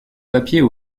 papiers